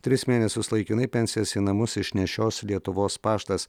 tris mėnesius laikinai pensijas į namus išnešios lietuvos paštas